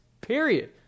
period